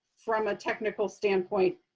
from a technical standpoint,